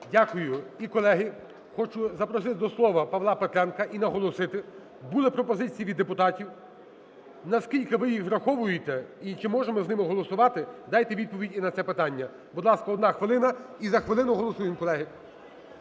Дякую. І, колеги, хочу заросити до слова Павла Петренка. І наголосити: були пропозиції від депутатів. Наскільки ви їх враховуєте, і чи можемо ми з ними голосувати? Дайте відповідь і на це питання. Будь ласка, 1 хвилина. І за хвилину голосуємо, колеги.